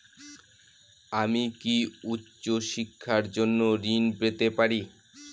আমি কি উচ্চ শিক্ষার জন্য ঋণ পেতে পারি?